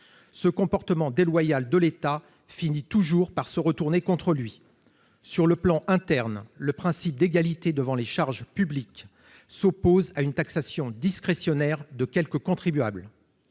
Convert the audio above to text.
ce comportement déloyal de l'État finit toujours par se retourner contre lui sur le plan interne, le principe d'égalité devant les charges publiques s'oppose à une taxation discrétionnaire de quelques contribuables